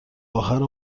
آخر